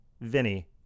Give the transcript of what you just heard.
Vinny